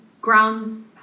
grounds